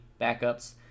backups